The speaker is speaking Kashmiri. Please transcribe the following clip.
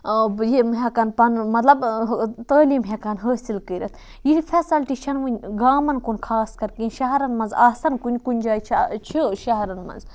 یِم ہیٚکَن پَنُن مَطلَب تعلیٖم ہیٚکَن حٲصل کٔرِتھ یہِ فیسَلٹی چھَنہِ وٕنہ گامَن کُن خاص کر کینٛہہ شَہرَن مَنٛز آسَن کُنہِ کُنہِ جایہِ چھِ شَہرَن مَنٛز